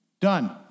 Done